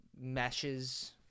meshes